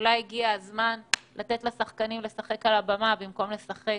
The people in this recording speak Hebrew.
אולי הגיע הזמן לתת לשחקנים לשחק על הבמה במקום לשחק